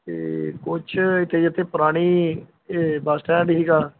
ਅਤੇ ਕੁਛ ਇੱਥੇ ਜੀ ਇੱਥੇ ਪੁਰਾਣੀ ਇਹ ਬੱਸ ਸਟੈਂਡ ਸੀਗਾ